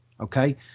Okay